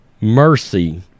mercy